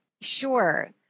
Sure